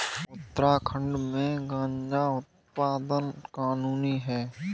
उत्तराखंड में गांजा उत्पादन कानूनी है